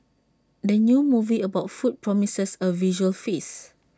the new movie about food promises A visual feast